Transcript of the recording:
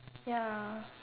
ya